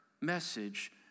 message